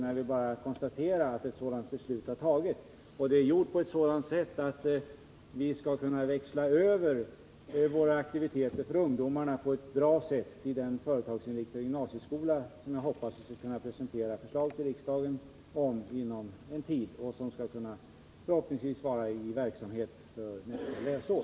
Men jag vill bara konstatera att ett sådant beslut har fattats, och det är utformat så att vi skall kunna växla över våra aktiviteter för ungdomarna på ett bra sätt i den företaginriktade gymnasieskola som jag hoppas kunna presentera förslag till riksdagen om inom en tid och som förhoppningsvis skall kunna vara i verksamhet nästa läsår.